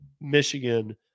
Michigan